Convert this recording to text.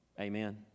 Amen